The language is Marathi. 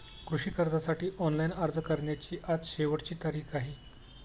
कृषी कर्जासाठी ऑनलाइन अर्ज करण्याची आज शेवटची तारीख आहे